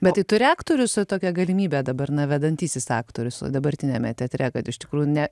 bet tai turi aktorius tokią galimybę dabar na vedantysis aktorius va dabartiniame teatre kad iš tikrųjų ne